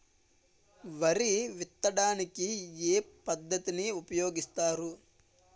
వరి విత్తడానికి ఏ పద్ధతిని ఉపయోగిస్తారు?